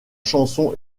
chanson